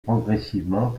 progressivement